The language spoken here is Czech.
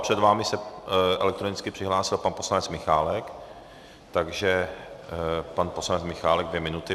Před vámi se elektronicky přihlásil pan poslanec Michálek, takže pan poslanec Michálek dvě minuty.